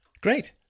great